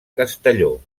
castelló